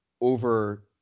over